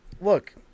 look